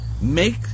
Make